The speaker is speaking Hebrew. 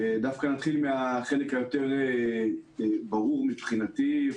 נתחיל מהחלק היותר ברור מבחינתי,